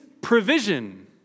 provision